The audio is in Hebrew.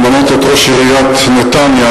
למנות את ראש עיריית נתניה,